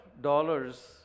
dollars